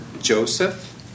Joseph